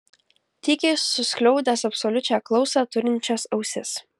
tykiai suskliaudęs absoliučią klausą turinčias ausis